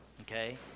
Okay